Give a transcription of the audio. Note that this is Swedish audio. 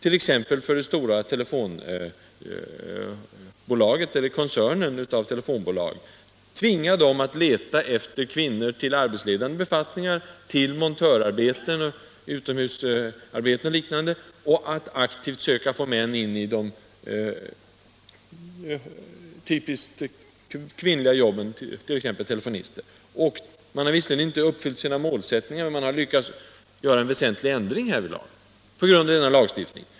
Den stora telefonkoncernen t.ex. har tving Om kvinnofrigörelats att leta efter kvinnor till arbetsledande befattningar, till montörar = Sen beten, utomhusarbeten och liknande och att aktivt försöka få män till de typiskt kvinnliga jobben, 1. ex. telefonistyrket. Man har visserligen inte helt uppnått sina mål, men man har lyckats åstadkomma en väsentlig ändring på grundval av denna lagstiftning.